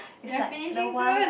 we are finishing soon